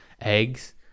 eggs